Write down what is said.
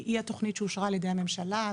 היא התוכנית שאושרה על-ידי הממשלה,